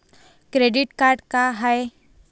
Credit card का हाय?